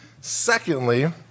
Secondly